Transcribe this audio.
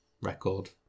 record